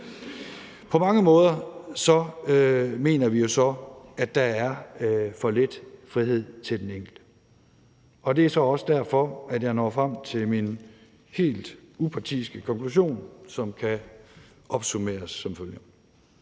På mange måder mener vi jo så, at der er for lidt frihed til den enkelte, og det er så også derfor, jeg når frem til min helt upartiske konklusion, som kan opsummeres